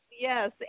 Yes